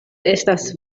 estas